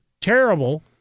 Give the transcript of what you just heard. terrible